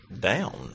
down